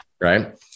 Right